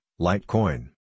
Litecoin